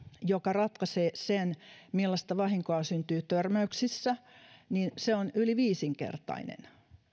joka ratkaisee sen millaista vahinkoa syntyy törmäyksissä on yli viisinkertainen